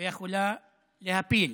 ויכולה להפיל.